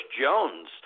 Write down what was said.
Jones